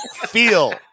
Feel